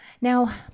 Now